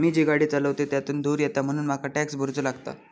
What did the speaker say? मी जी गाडी चालवतय त्यातुन धुर येता म्हणून मका टॅक्स भरुचो लागता